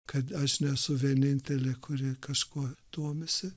kad aš nesu vienintelė kuri kažkuo domisi